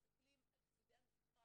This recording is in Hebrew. לא מסתכלים על צדי המתרס,